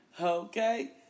okay